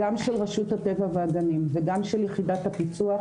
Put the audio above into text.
גם של רשות הטבע והגנים וגם של יחידת הפיצוח,